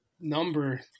number